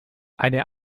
eine